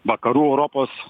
vakarų europos